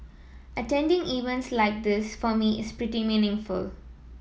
attending events like this for me is pretty meaningful